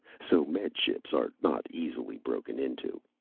so med ships are not easily broken into.